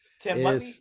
Tim